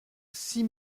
six